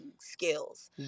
skills